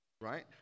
right